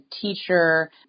teacher